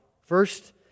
First